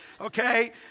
Okay